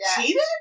cheated